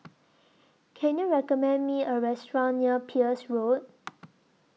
Can YOU recommend Me A Restaurant near Peirce Road